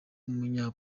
umunya